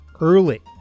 Early